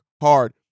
hard